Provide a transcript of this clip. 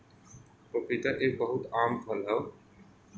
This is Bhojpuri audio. पपीता एक बहुत आम फल हौ